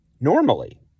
normally